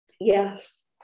yes